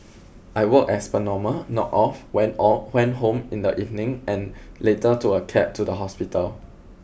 I worked as per normal knocked off went went home in the evening and later took a cab to the hospital